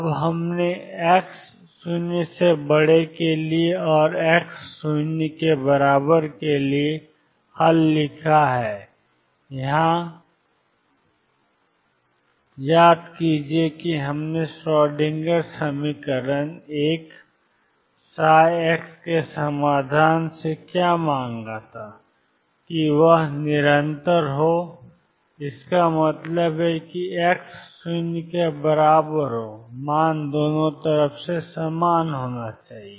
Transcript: अब हमने x0 और x0 के लिए हल लिखा है कि x0 पर क्या समीकरण है याद कीजिए कि हमने श्रोडिंगर समीकरण 1 ψ के समाधान से क्या मांगा था निरंतर हो और इसका मतलब है x 0 मान दोनों तरफ से समान होना चाहिए